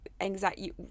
anxiety